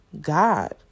God